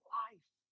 life